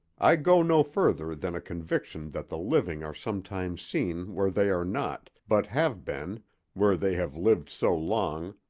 i go no further than a conviction that the living are sometimes seen where they are not, but have been where they have lived so long,